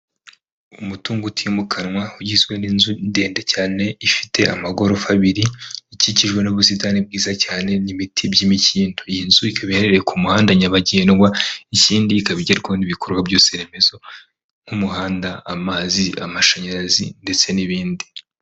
Umutungo utimukanwa ugizwe n'inzu ndende cyane ifite amagorofa abiri, ikikijwe n'ubusitani bwiza cyane n'imiti by'imikindo, iyi nzu ikaba ihereye ku muhanda nyabagendwa, ikindi ikaba igerwa n'ibikorwa byose remezo nk'umuhanda amazi amashanyarazi ndetse n'ibindi.